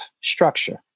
structure